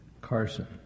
Carson